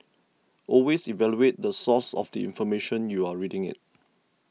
always evaluate the source of the information you're reading it